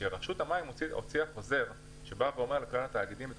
שרשות המים הוציאה חוזר שמפציר בתאגידי המים